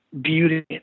beauty